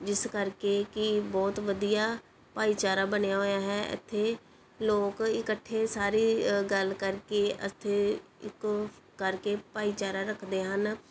ਜਿਸ ਕਰਕੇ ਕਿ ਬਹੁਤ ਵਧੀਆ ਭਾਈਚਾਰਾ ਬਣਿਆ ਹੋਇਆ ਹੈ ਇੱਥੇ ਲੋਕ ਇਕੱਠੇ ਸਾਰੇ ਅ ਗੱਲ ਕਰਕੇ ਇੱਥੇ ਇੱਕ ਕਰਕੇ ਭਾਈਚਾਰਾ ਰੱਖਦੇ ਹਨ